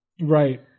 Right